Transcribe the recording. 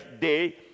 day